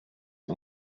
sie